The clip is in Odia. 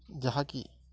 ଯାହାକି